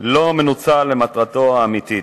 לא מנוצל למטרתו האמיתית.